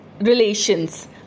relations